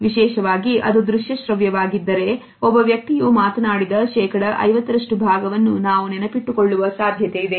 ವಿಶೇಷವಾಗಿ ಅದು ದೃಶ್ಯ ಶ್ರವ್ಯ ವಾಗಿದ್ದರೆ ಒಬ್ಬ ವ್ಯಕ್ತಿಯು ಮಾತನಾಡಿದ ಶೇಕಡಾ 50 ರಷ್ಟು ಭಾಗವನ್ನು ನಾವು ನೆನಪಿಟ್ಟುಕೊಳ್ಳುವ ಸಾಧ್ಯತೆ ಇದೆ